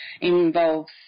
involves